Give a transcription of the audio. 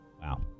Wow